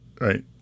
right